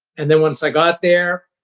and then once i got there,